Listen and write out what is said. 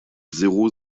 zéro